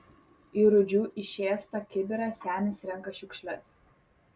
į rūdžių išėstą kibirą senis renka šiukšles